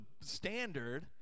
standard